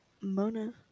Mona